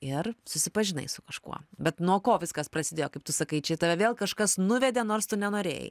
ir susipažinai su kažkuo bet nuo ko viskas prasidėjo kaip tu sakai čia tave vėl kažkas nuvedė nors tu nenorėjai